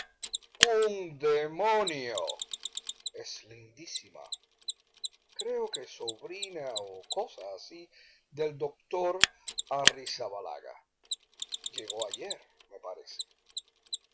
un demonio es lindísima creo que sobrina o cosa así del doctor arrizabalaga llegó ayer me parece